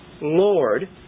Lord